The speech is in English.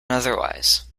otherwise